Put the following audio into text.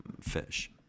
fish